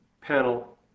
panel